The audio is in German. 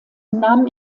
nahm